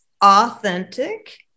authentic